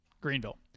Greenville